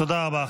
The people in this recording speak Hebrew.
תודה רבה.